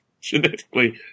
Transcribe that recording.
genetically